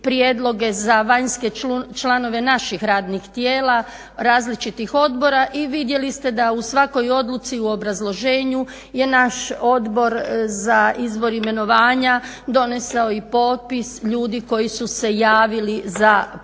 prijedloge za vanjske članove naših radnih tijela različitih odbora i vidjeli ste da u svakoj odluci u obrazloženju je naš Odbor za izbor, imenovanja donesao i potpisa ljudi koji su se javili za pojedina